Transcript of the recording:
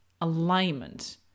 alignment